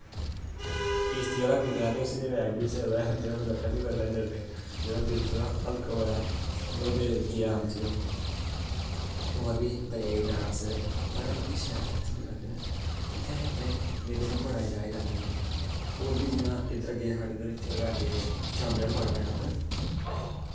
किश्तियै च झूट्टे लै जेह्का पैह्ली बारी ते उस्सी अटैक होई सकदा ऐ जेह्दा दिल थोह्ड़ा हल्का होऐ ओह् ते गेआ समझो होर बी जेह्ड़े डांस बड़े मतलब कि शैल शैल झूट्टे लगदे न इत्थै अस अपने मेले च बड़ा एंजॉय करने होन्ने न होर बी जि'यां इद्धरा साढ़े उद्धर गे बाबा चाम्बल आह्ली जगह पर